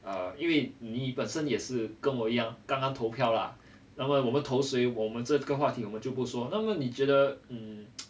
err 因为你本身也是跟我一样刚刚投票啦那么我们投谁我们这个话题我们就不说那么你觉得 um